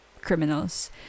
criminals